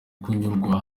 kunyura